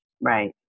Right